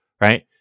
right